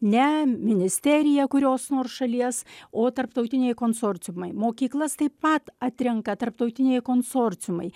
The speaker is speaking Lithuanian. ne ministerija kurios nors šalies o tarptautiniai konsorciumai mokyklas taip pat atrenka tarptautiniai konsorciumai